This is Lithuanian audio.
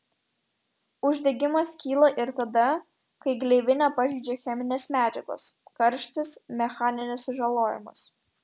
uždegimas kyla ir tada kai gleivinę pažeidžia cheminės medžiagos karštis mechaninis sužalojimas